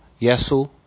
Yesu